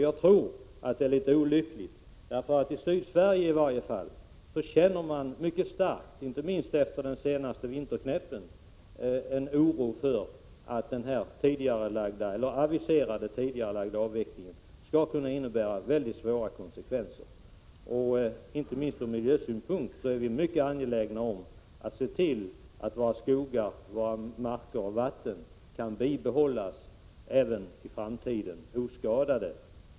Jag tror det är litet olyckligt, bl.a. därför att man i Sydsverige känner mycket stor oro över att den aviserade tidigareläggningen av avvecklingen skall kunna medföra mycket svåra konsekvenser, inte minst efter den senaste vinterknäppen. Ur miljösynpunkt är vi mycket angelägna om att våra skogar, marker och vatten kan bibehållas oskadade även i framtiden.